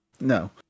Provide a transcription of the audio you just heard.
no